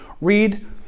Read